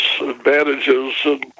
advantages